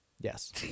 Yes